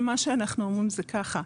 מה שאנחנו אומרים זה ככה,